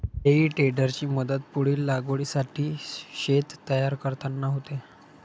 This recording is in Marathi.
हेई टेडरची मदत पुढील लागवडीसाठी शेत तयार करताना होते